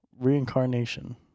reincarnation